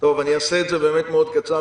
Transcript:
אני אעשה את זה מאוד קצר,